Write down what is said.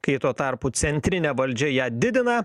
kai tuo tarpu centrinė valdžia ją didina